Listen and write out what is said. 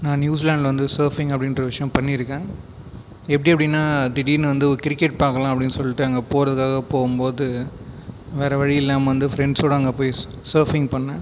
நான் நியூசிலாந்தில் வந்து சர்ஃபிங் அப்படிங்ற ஒரு விஷயம் பண்ணியிருக்கேன் எப்படி எப்படின்னா திடீரென்னு வந்து ஒரு கிரிக்கெட் பார்க்கலாம் அப்படினு சொல்லிட்டு அங்கே போகிறதுக்காக போகும்போது வேறு வழியில்லாமல் வந்து ஃபிரண்ட்ஸோடு அங்கே போய் சர்ஃபிங் பண்ணிணேன்